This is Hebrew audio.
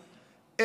אין דבר כזה.